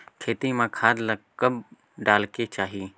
खेती म खाद ला कब डालेक चाही?